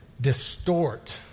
distort